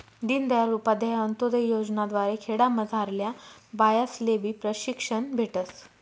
दीनदयाल उपाध्याय अंतोदय योजना द्वारे खेडामझारल्या बायास्लेबी प्रशिक्षण भेटस